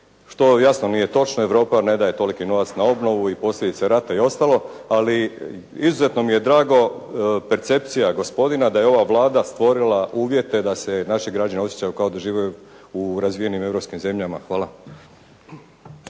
što jasno nije točno. Europa ne daje toliki novac na obnovu i posljedice rata i ostalo, ali izuzetno mi je drago percepcija gospodina da je ova Vlada stvorila uvjete da se naši građani osjećaju kao da žive u razvijenim europskim zemljama. Hvala.